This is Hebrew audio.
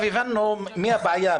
שמענו שמשאירים את זכות ההפגנה,